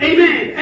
Amen